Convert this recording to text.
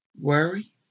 worry